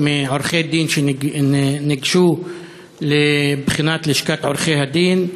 מעורכי-דין שניגשו לבחינת לשכת עורכי-הדין.